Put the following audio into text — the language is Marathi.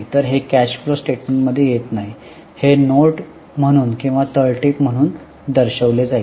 तर हे कॅश फ्लो स्टेटमेंटमध्ये येत नाही हे नोट म्हणून किंवा तळटीप म्हणून दर्शविले जाईल